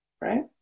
right